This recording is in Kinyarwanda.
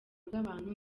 bw’abantu